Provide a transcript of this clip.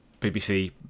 BBC